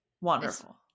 wonderful